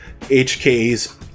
HKs